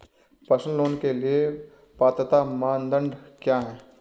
Personal loan के लिए पात्रता मानदंड क्या हैं?